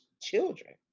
children